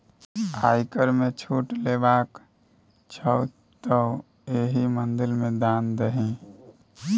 आयकर मे छूट लेबाक छौ तँ एहि मंदिर मे दान दही